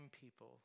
people